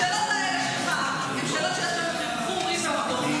השאלות האלה שלך הן שאלות שיש בהן חרחור ריב ומדון,